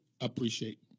appreciate